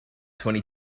twenty